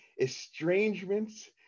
estrangements